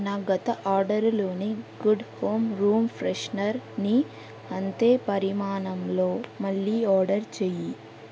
నా గత ఆర్డరులోని గుడ్ హోమ్ రూమ్ ఫ్రెషనర్ని అంతే పరిమాణంలో మళ్ళీ ఆర్డర్ చేయి